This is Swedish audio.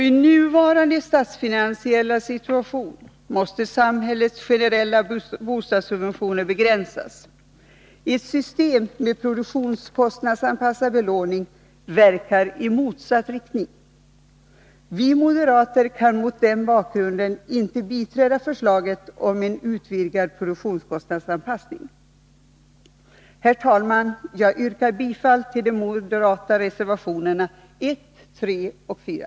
I nuvarande statsfinansiella situation måste samhällets generella bostadssubventioner begränsas. Ett system med produktionskostnadsanpassad belåning verkar i motsatt riktning. Vi moderater kan mot den bakgrunden inte biträda förslaget om en utvidgad produktionskostnadsanpassning. Herr talman! Jag yrkar bifall till de moderata reservationerna 1, 3 och 4.